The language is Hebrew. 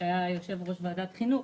שהיה יושב-ראש ועדת החינוך,